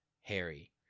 Harry